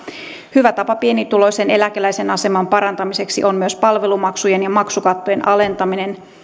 hyvä tapa pienituloisen eläkeläisen aseman parantamiseksi on myös palvelumaksujen ja maksukattojen alentaminen